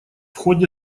ходе